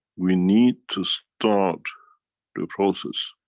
we need to start the process